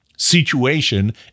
situation